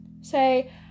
Say